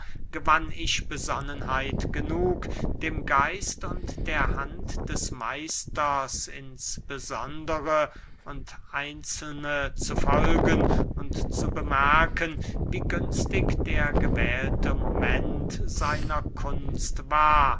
gewann ich besonnenheit genug dem geist und der hand des meisters ins besondere und einzelne zu folgen und zu bemerken wie günstig der gewählte moment seiner kunst war